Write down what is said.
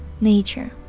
nature